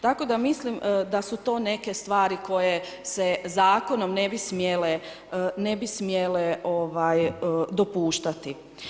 Tako da mislim da su to neke stvari koje se zakonom ne bi smjele dopuštati.